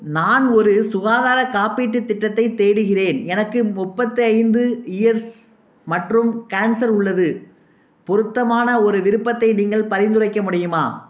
நான் ஒரு சுகாதார காப்பீட்டுத் திட்டத்தைத் தேடுகிறேன் எனக்கு முப்பத்தைந்து இயர்ஸ் மற்றும் கேன்சர் உள்ளது பொருத்தமான ஒரு விருப்பத்தை நீங்கள் பரிந்துரைக்க முடியுமா